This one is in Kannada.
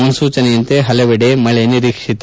ಮುನ್ಸೂಚನೆಯಂತೆ ಹಲವೆಡೆ ಮಳೆ ನಿರೀಕ್ಷಿತ